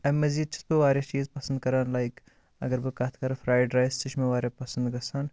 امہِ مٔزیٖد چھُس بہٕ واریاہ چیٖز پنسٛد کَران لایِک اگر بہٕ کَتھ کَرٕ فرٛایِڈ رایِس تہِ چھُ مےٚ واریاہ پسنٛد گژھان